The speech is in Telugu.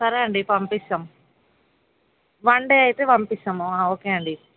సరే అండి పంపిస్తాము వన్ డే అయితే పంపిస్తాము ఓకే అండి